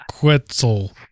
Quetzal